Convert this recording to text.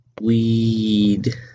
weed